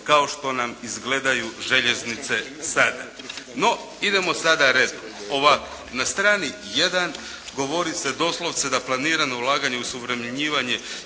kao što nam izgledaju željeznice sada. No idemo sada redom. Ovako, na strani 1 govori se doslovce da planirano ulaganje, osuvremenjivanje,